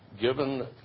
given